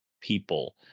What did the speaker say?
people